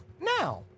now